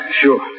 Sure